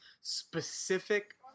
specific